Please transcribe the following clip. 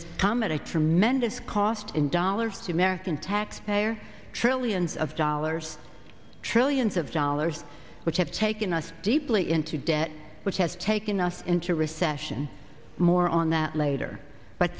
it's come at a tremendous cost in dollars to american taxpayer trillions of dollars trillions of dollars which have taken us deeply into debt which has taken us into recession more on that later but